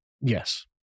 Yes